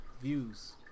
views